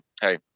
hey